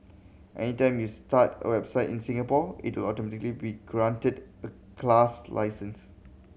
anytime you start a website in Singapore it will automatically be granted a class license